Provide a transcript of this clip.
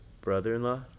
brother-in-law